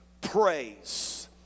praise